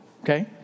okay